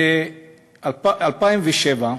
ב-2007,